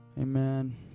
Amen